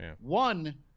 one